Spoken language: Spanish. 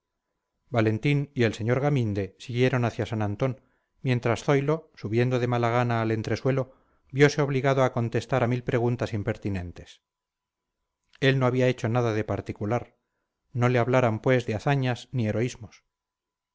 valentín y el sr gaminde siguieron hacia san antón mientras zoilo subiendo de mala gana al entresuelo viose obligado a contestar a mil preguntas impertinentes él no había hecho nada de particular no le hablaran pues de hazañas ni heroísmos